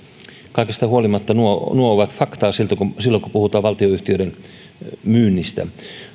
kaikesta huolimatta nuo nuo ovat faktaa silloin kun puhutaan valtionyhtiöiden myynnistä